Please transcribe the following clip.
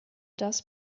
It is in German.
das